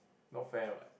no fair what